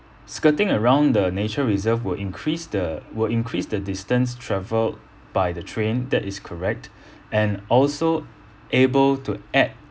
skirting around the nature reserve will increase the will increase the distance travelled by the train that is correct and also able to add